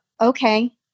Okay